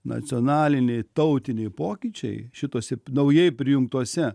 nacionaliniai tautiniai pokyčiai šitose naujai prijungtose